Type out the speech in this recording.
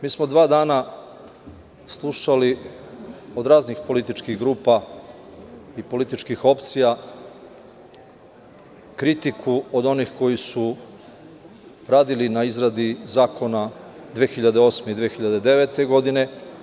Mi smo dva dana slušali od raznih političkih grupa i političkih opcija kritiku od onih koji su radili na izradi zakona 2008. i 2009. godine.